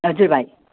हजुर भाइ